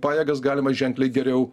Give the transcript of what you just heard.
pajėgas galima ženkliai geriau